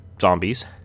zombies